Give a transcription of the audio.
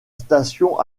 station